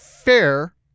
fair